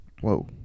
Whoa